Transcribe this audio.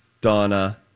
Donna